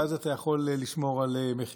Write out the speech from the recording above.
ואז אתה יכול לשמור על מחירים.